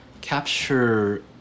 capture